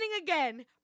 again